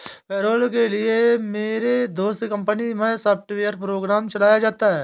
payroll के लिए मेरे दोस्त की कंपनी मै सॉफ्टवेयर प्रोग्राम चलाया जाता है